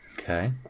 Okay